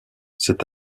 cet